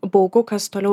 baugu kas toliau